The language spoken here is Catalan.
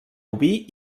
oví